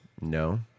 No